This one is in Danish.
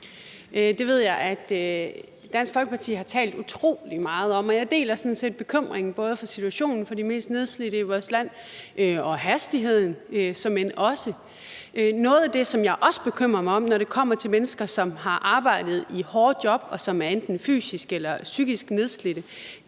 Det ved jeg at Dansk Folkeparti har talt utrolig meget om, og jeg deler sådan set bekymringen, både for situationen for de mest nedslidte i vores land og såmænd også for hastigheden. Noget af det, som jeg også bekymrer mig om, når det kommer til mennesker, som har arbejdet i hårde job, og som er enten fysisk eller psykisk nedslidte,